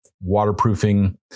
waterproofing